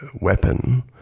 weapon